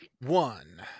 one